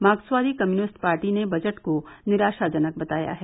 मार्क्सवादी communist party ने budget को निराशाजनक बताया है